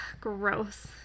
gross